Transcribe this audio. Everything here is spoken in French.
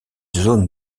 zones